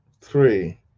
three